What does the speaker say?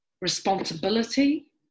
Responsibility